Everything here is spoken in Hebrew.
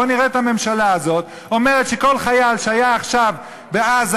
בוא נראה את הממשלה הזאת אומרת שכל חייל שהיה עכשיו בעזה,